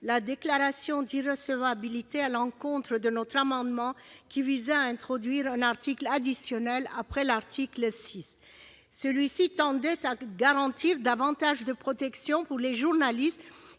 la déclaration de l'irrecevabilité de notre amendement qui visait à introduire un article additionnel après l'article 6. Il tendait à garantir davantage de protection aux journalistes,